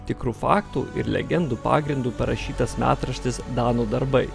tikrų faktų ir legendų pagrindu parašytas metraštis danų darbai